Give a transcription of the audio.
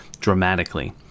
dramatically